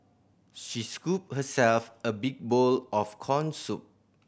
she scooped herself a big bowl of corn soup